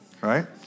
Right